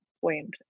point